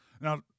Now